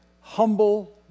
humble